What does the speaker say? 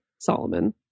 Solomon